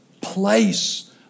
place